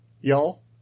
Y'all